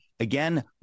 Again